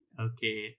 Okay